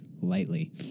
lightly